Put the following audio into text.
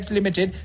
Limited